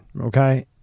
okay